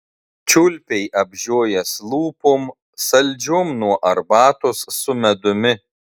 čiulpei apžiojęs lūpom saldžiom nuo arbatos su medumi